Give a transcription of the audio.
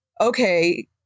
okay